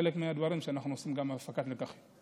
כחלק מהדברים שאנחנו עושים כהפקת לקחים.